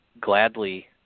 gladly